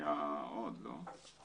אימים ואמרו לנו שנדע שאם יהיו מפרטים